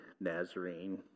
Nazarene